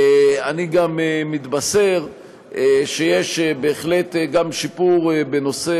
אני גם מתבשר שיש בהחלט שיפור גם בנושא